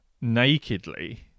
nakedly